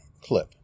clip